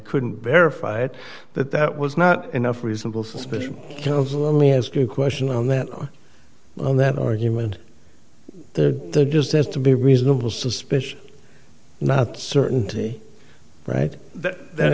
couldn't verify it that that was not enough reasonable suspicion counsel only ask you a question on that and that argument there just has to be reasonable suspicion not certainty right that